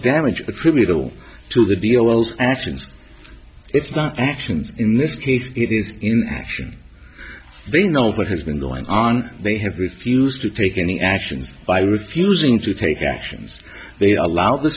damage attributable to the deal actions it's not actions in this case it is in action they know what has been going on they have refused to take any actions by refusing to take actions they allow the